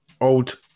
old